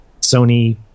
Sony